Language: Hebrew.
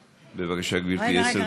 בבקשה, גברתי, עשר דקות.